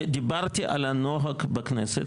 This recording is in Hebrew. דיברתי על הנוהג בכנסת,